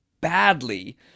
badly